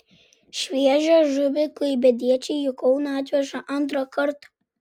šviežią žuvį klaipėdiečiai į kauną atveža antrą kartą